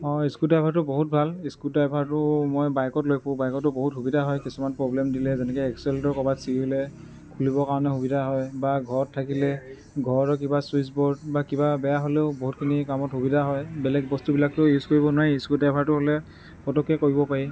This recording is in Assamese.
মই ইস্কু ড্ৰাইভাৰটো বহুত ভাল ইস্কু ড্ৰাইভাৰটো মই বাইকত লৈ ফুৰোঁ বাইকতো বহুত সুবিধা হয় কিছুমান প্ৰবলেম দিলে যেনেকৈ এক্সেলটো ক'ৰবাত চিঙিলে খুলিবৰ কাৰণে সুবিধা হয় বা ঘৰত থাকিলে ঘৰতো কিবা চুইচ বৰ্ড বা কিবা বেয়া হ'লেও বহুতখিনি কামত সুবিধা হয় বেলেগ বস্তুবিলাকতো ইউজ কৰিব নোৱাৰি ইস্কু ড্ৰাইভাৰটো হ'লে পটককৈ কৰিব পাৰি